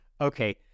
Okay